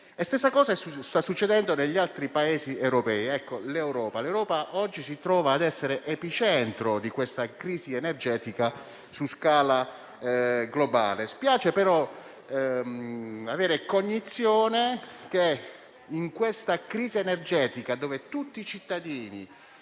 stessa cosa sta succedendo negli altri Paesi europei. L'Europa oggi si trova a essere epicentro di una crisi energetica su scala globale. Spiace, però, avere cognizione che in questa crisi energetica, per cui tutti i cittadini